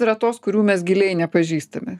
yra tos kurių mes giliai nepažįstame